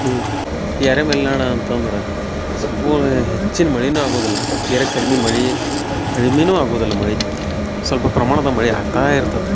ಈ ಈ ಅರೆ ಮಲೆನಾಡು ಅಂತಂದ್ರ ಸಂಪೂರ್ಣ ಹೆಚ್ಚಿನ ಮಳೆನು ಆಗೋದಿಲ್ಲ ತೀರ ಕಡಿಮೆ ಮಳೆ ಕಡಿಮೀನೂ ಆಗೋದಿಲ್ಲ ಮಳೆ ಸ್ವಲ್ಪ ಪ್ರಮಾಣದ ಮಳೆ ಆಗ್ತಾ ಇರ್ತತಿ